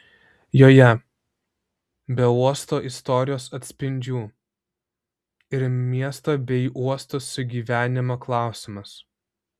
joje be uosto istorijos atspindžių ir miesto bei uosto sugyvenimo klausimas